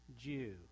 Jew